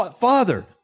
Father